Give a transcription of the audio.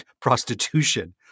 prostitution